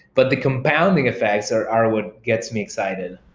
but the compounding effects are are what gets me excited.